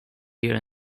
here